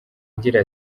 agira